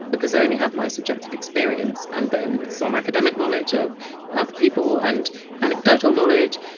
because i only have my subjective experience, and then some academic knowledge of other people, and anecdotal knowledge.